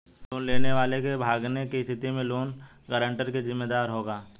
loan लेने वाले के भागने की स्थिति में लोन गारंटर जिम्मेदार होगा